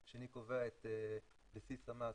השני קובע את בסיס המס,